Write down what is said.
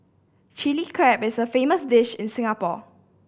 Chilli Crab is a famous dish in Singapore